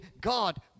God